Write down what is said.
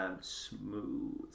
Smooth